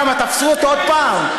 למה, תפסו אותו עוד פעם?